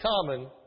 common